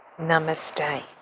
Namaste